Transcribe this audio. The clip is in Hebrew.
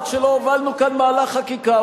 עד שלא הובלנו כאן מהלך חקיקה,